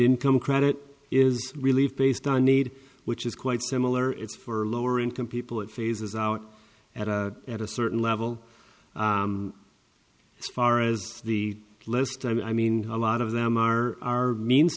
income credit is relieved based on need which is quite similar it's for lower income people it phases out at a at a certain level as far as the list i mean a lot of them are are means